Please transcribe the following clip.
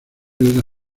era